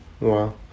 Wow